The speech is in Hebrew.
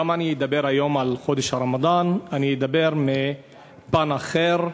גם אני אדבר היום על חודש הרמדאן, אדבר על פן אחר.